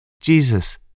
Jesus